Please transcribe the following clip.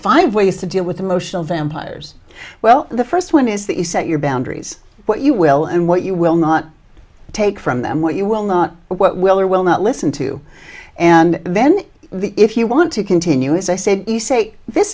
five ways to deal with emotional vampires well the first one is that you set your boundaries what you will and what you will not take from them what you will not what will or will not listen to and then the if you want to continue as i said